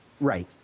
Right